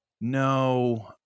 no